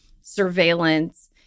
surveillance